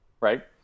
right